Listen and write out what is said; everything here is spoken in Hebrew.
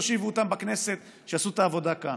תושיבו אותם בכנסת שיעשו את העבודה כאן.